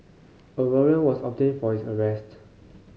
a warrant was obtained for his arrest